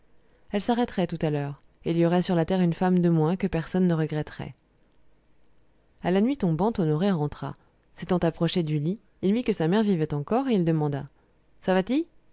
elle s'arrêterait tout à l'heure et il y aurait sur la terre une femme de moins que personne ne regretterait a la nuit tombante honoré rentra s'étant approché du lit il vit que sa mère vivait encore et il demanda ça va-t-il